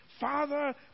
Father